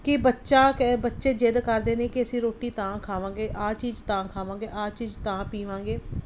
ਕਿ ਬੱਚਾ ਕੇ ਬੱਚੇ ਜ਼ਿਦ ਕਰਦੇ ਨੇ ਕਿ ਅਸੀਂ ਰੋਟੀ ਤਾਂ ਖਾਵਾਂਗੇ ਆਹ ਚੀਜ਼ ਤਾਂ ਖਾਵਾਂਗੇ ਆਹ ਚੀਜ਼ ਤਾਂ ਪੀਵਾਂਗੇ